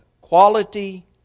Quality